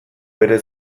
bere